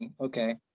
okay